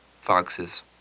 foxes